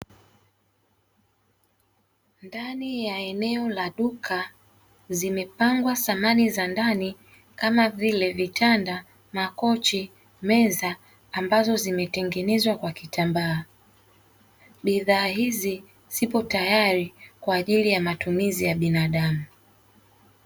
Ndani ya eneo la duka, zimepangwa samani za ndani kama vile vitanda, makochi, meza ambazo zimetengenezwa kwa kitambaa. Bidhaa hizi zipo tayari kwa ajili ya matumizi ya binadaamu.